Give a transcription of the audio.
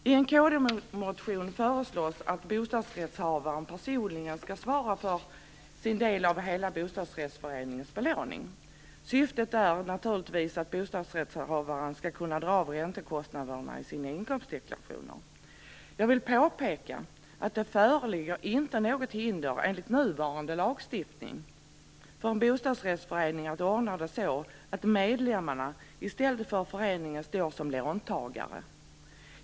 I en kd-motion föreslås att bostadsrättshavaren personligen skall svara för sin del av hela bostadsrättsföreningens belåning. Syftet är naturligtvis att bostadsrättshavaren skall kunna dra av räntekostnaderna i sina inkomstdeklarationer. Jag vill påpeka att det enligt nuvarande lagstiftning inte föreligger något hinder för en bostadsrättsförening att ordna det så att medlemmarna i stället för föreningen står som låntagare.